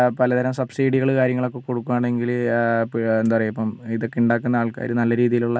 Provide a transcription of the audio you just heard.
പല തരം സബ്സീഡികൾ കാര്യങ്ങളൊക്കെ കൊടുക്കുക ആണെങ്കിൽ ഈ ഇപ്പം എന്തപറയാ ഇപ്പം ഉണ്ടാക്കുന്ന ആൾക്കാർ നല്ല രീതിയിലുള്ള